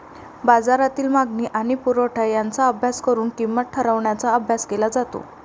बाजारातील मागणी आणि पुरवठा यांचा अभ्यास करून किंमत ठरवण्याचा अभ्यास केला जातो